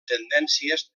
tendències